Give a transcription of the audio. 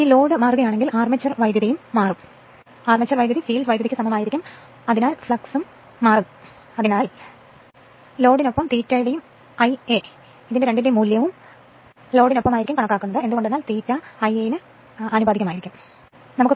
load മാറുകയാണെങ്കിൽ armature current മാറും armature current field current ആകും അതിനാൽ ഫ്ലക്സും മാറും അതിനാൽ ലോഡിനൊപ്പം ∅ ഉം Ia മൂല്യവും I Ia ന് ആനുപാതികമാണ്